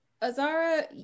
Azara